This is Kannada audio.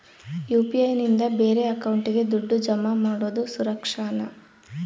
ಯು.ಪಿ.ಐ ನಿಂದ ಬೇರೆ ಅಕೌಂಟಿಗೆ ದುಡ್ಡು ಜಮಾ ಮಾಡೋದು ಸುರಕ್ಷಾನಾ?